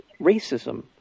racism